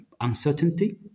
uncertainty